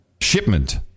shipment